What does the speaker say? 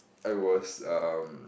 I was um